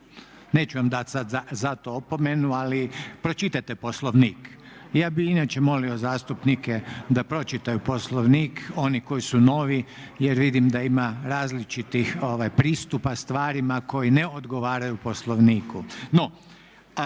Neću vam dati sad za to opomenu ali pročitajte Poslovnik. Ja bih i inače molio zastupnike da pročitaju Poslovnik oni koji su novi jer vidim da ima različitih pristupa stvarima koje ne odgovaraju Poslovniku.